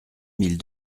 mille